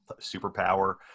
superpower